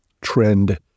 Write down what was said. trend